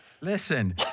Listen